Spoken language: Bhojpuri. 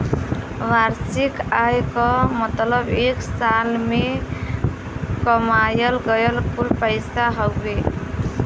वार्षिक आय क मतलब एक साल में कमायल गयल कुल पैसा हउवे